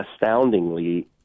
astoundingly